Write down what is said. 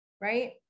Right